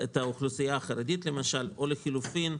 או לחילופין,